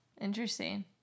Interesting